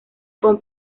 con